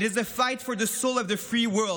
it is a fight for the soul of the free world.